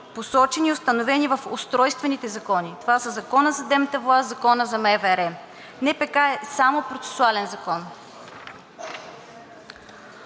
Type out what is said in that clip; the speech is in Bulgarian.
посочени и установени в устройствените закони. Това са Законът за съдебната власт и Законът за МВР. НПК е само процесуален закон.